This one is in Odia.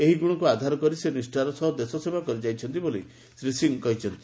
ଏହି ଗୁଣକୁ ଆଧାର କରି ସେ ନିଷ୍ଠାର ସହ ଦେଶସେବା କରିଯାଇଛନ୍ତି ବୋଲି ଶ୍ରୀ ସିଂହ କହିଛନ୍ତି